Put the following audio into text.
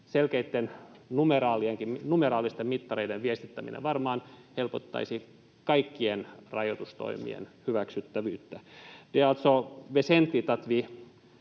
selkeitten, numeraalisten mittareiden viestittäminen varmaan helpottaisi kaikkien rajoitustoimien hyväksyttävyyttä.